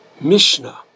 Mishnah